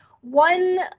one